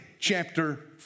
chapter